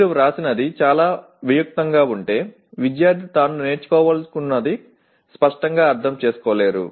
మీరు వ్రాసినది చాలా వియుక్తంగా ఉంటే విద్యార్థి తాను నేర్చుకోవాలనుకున్నది స్పష్టంగా అర్థం చేసుకోలేరు